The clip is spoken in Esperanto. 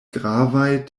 gravaj